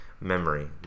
memory